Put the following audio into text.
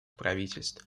правительств